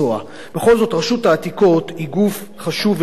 בכל זאת, רשות העתיקות היא גוף חשוב ומקצועי,